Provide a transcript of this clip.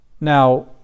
Now